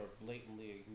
blatantly